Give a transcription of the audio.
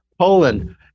Poland